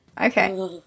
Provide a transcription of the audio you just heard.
Okay